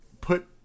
put